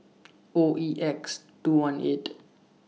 O E X two one eight